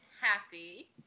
happy